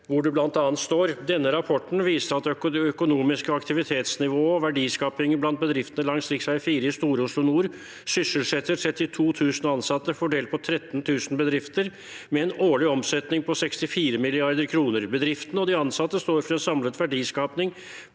det bl.a. står at det økonomiske aktivitetsnivået og verdiskapingen blant bedriftene langs rv. 4 i StorOslo Nord sysselsetter 32 000 ansatte fordelt på 13 000 bedrifter, med en årlig omsetning på 64 mrd. kr. Bedriftene og de ansatte står for en samlet verdiskaping